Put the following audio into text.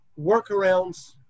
workarounds